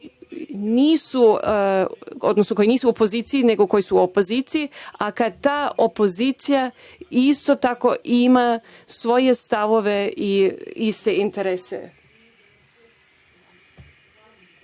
koje su u Vladi postoje i one koje su u opoziciji, a kada ta opozicija isto tako ima svoje stavove i iste interese.